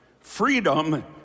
Freedom